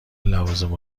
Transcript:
لوازم